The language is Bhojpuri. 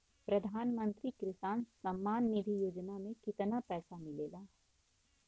प्रधान मंत्री किसान सम्मान निधि योजना में कितना पैसा मिलेला?